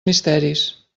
misteris